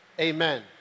Amen